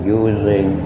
using